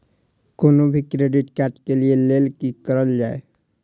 कोनो भी credit card लिए के लेल की करल जाय?